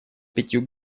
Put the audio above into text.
пятью